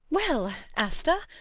well, asta,